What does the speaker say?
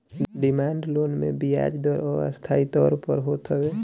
demand loan मे बियाज दर अस्थाई तौर पअ होत हवे